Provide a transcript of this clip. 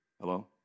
hello